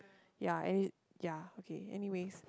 ya and it ya okay anyways